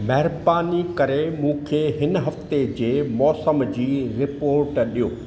महिरबानी करे मूंखे हिन हफ़्ते जे मौसम जी रिपोट ॾियो